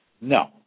No